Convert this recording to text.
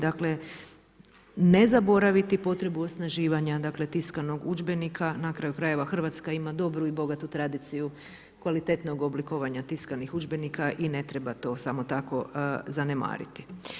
Dakle ne zaboraviti potrebu osnaživanja tiskanog udžbenika, na kraju krajeva Hrvatska ima dobru i bogatu tradiciju kvalitetnog oblikovanja tiskanih udžbenika i ne treba to samo tako zanemariti.